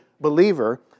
believer